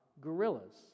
gorillas